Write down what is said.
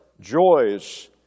joys